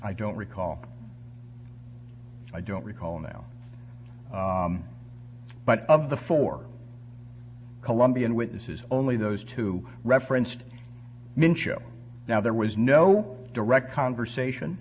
i don't recall i don't recall now but of the fore colombian witnesses only those two referenced mincha now there was no direct conversation